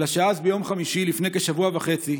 אלא שאז, ביום חמישי, לפני כשבוע וחצי,